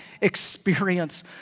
experience